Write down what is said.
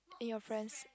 in your friend's